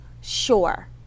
sure